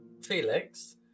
Felix